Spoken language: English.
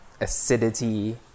acidity